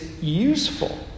useful